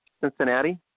Cincinnati